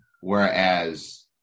Whereas